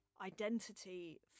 identity